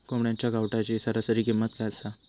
कोंबड्यांच्या कावटाची सरासरी किंमत काय असा?